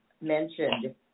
mentioned